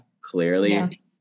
Clearly